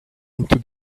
into